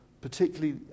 particularly